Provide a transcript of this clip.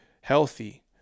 healthy